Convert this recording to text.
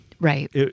right